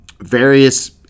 various